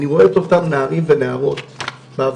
אני רואה את אותם נערים ונערות בהפגנות.